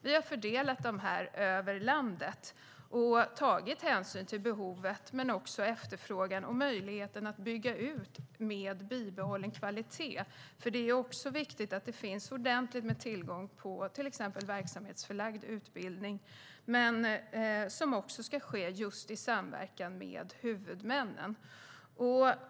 Vi har fördelat platserna över landet och tagit hänsyn till behovet av, efterfrågan på och möjligheten att bygga ut med bibehållen kvalitet, för det är viktigt att det finns ordentligt med tillgång på till exempel verksamhetsförlagd utbildning, som ska ske just i samverkan med huvudmännen.